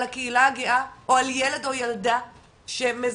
הקהילה הגאה או על ילד או ילדה שמזהים